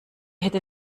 hätte